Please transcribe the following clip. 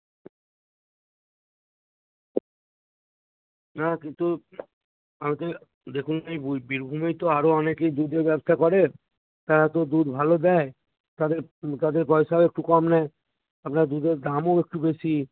না কিন্তু দেখুন এই বু বীরভূমে তো আরও অনেকেই দুধের ব্যবসা করে তারা তো দুধ ভালো দেয় তাদের তাদের পয়সাও একটু কম নেয় আপনার দুধের দামও একটু বেশি